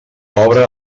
obra